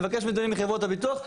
יבקש נתונים מחברות הביטוח,